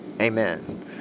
Amen